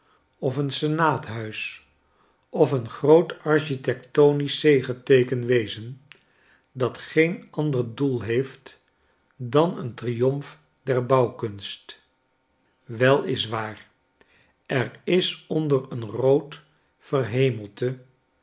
of een senaathuis of een groot architectonisch zegeteeken wezen dat geen ander doel heeft dan een triomf der bouwkunst wei is waar er is onder een rood